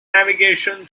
navigation